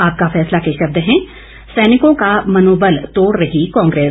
आपका फैसला के शब्द हैं सैनिकों का मनोबल तोड़ रही कांग्रेस